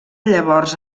llavors